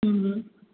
હમ હમ